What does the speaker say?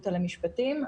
הפקולטה למשפטים.